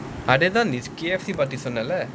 அதேதான்:athaethaan K_F_C பத்தி சொன்னல்ல:pathi sonnalla